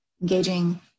engaging